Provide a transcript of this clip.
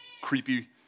creepy